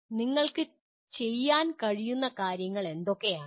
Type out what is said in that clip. നിങ്ങൾക്ക് ചെയ്യാൻ കഴിയുന്ന കാര്യങ്ങൾ എന്തൊക്കെയാണ്